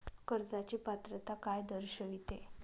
कर्जाची पात्रता काय दर्शविते?